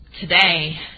today